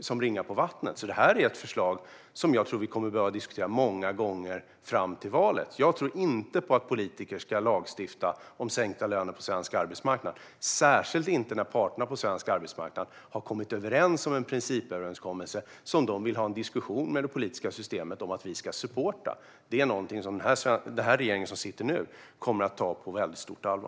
som ringar på vattnet. Detta är ett förslag som jag tror att vi kommer att behöva diskutera många gånger fram till valet. Jag tror inte på att politiker ska lagstifta om sänkta löner på svensk arbetsmarknad, särskilt inte när parterna på svensk arbetsmarknad har gjort en principöverenskommelse som de vill ha en diskussion med det politiska systemet om och som de vill att vi ska supporta. Det kommer den regering som sitter nu att ta på väldigt stort allvar.